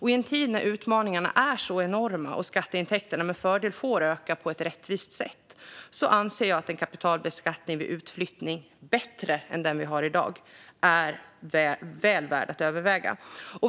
I en tid då utmaningarna är så enorma och skatteintäkterna med fördel får öka på ett rättvist sätt anser jag att en kapitalbeskattning vid utflyttning som är bättre än den vi har i dag vore väl värd att överväga.